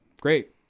Great